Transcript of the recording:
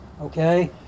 okay